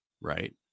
right